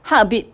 它 a bit